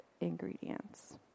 ingredients